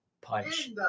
punch